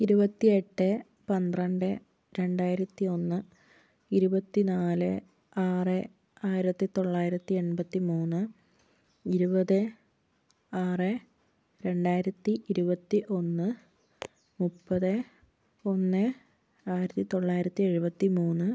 ഇരുപത്തി എട്ട് പന്ത്രണ്ട് രണ്ടായിരത്തി ഒന്ന് ഇരുപത്തി നാല് ആറ് ആയിരത്തി തൊള്ളായിരത്തി എൺപത്തി മൂന്ന് ഇരുപത് ആറ് രണ്ടായിരത്തി ഇരുപത്തി ഒന്ന് മുപ്പത് ഒന്ന് ആയിരത്തി തൊള്ളായിരത്തി എഴുപത്തി മൂന്ന്